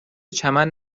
چمن